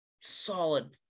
solid